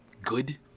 good